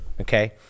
okay